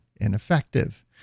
ineffective